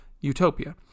utopia